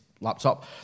laptop